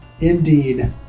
Indeed